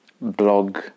blog